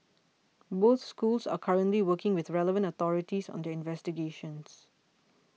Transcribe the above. both schools are currently working with relevant authorities on their investigations